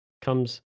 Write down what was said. comes